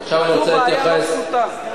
זו בעיה לא פשוטה.